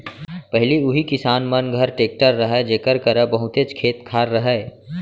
पहिली उही किसान मन घर टेक्टर रहय जेकर करा बहुतेच खेत खार रहय